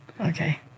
Okay